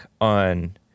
on